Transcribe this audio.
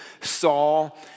Saul